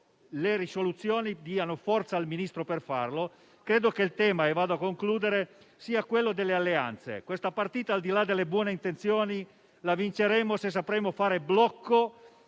mozioni dia forza al Ministro per farlo. Credo che il tema sia anche quello delle alleanze. Questa partita, al di là delle buone intenzioni, la vinceremo se sapremo fare blocco,